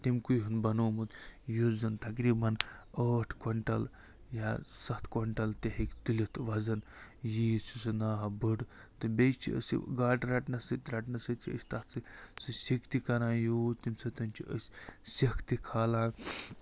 تَمہِ کُے ہُن بنومُت یُس زَنہٕ تقریٖباً ٲٹھ کۄیِنٛٹَل یا سَتھ کۄیِنٛٹَل تہِ ہیٚکہِ تُلِتھ وَزَن ییٖژ چھِ سُہ ناو بٔڑ تہٕ بیٚیہِ چھِ أسۍ یہِ گاڈٕ رَٹنَس سۭتۍ رَٹنَس سۭتۍ چھِ أسۍ تَتھ سۭتۍ سُہ سیٚکہِ تہِ کران یوٗز تَمہِ سۭتۍ چھِ أسۍ سٮ۪کھ تہِ کھالان